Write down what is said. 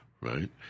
right